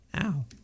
Ow